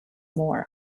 more